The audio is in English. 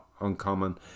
uncommon